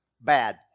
Bad